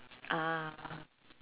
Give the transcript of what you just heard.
ah